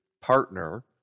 partner